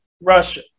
Russia